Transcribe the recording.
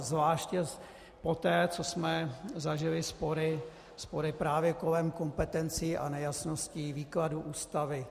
Zvláště poté, co jsme zažili spory právě kolem kompetencí a nejasností výkladu Ústavy.